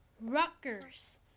Rutgers